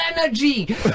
energy